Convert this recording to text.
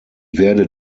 werde